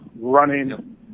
running